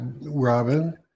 Robin